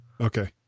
okay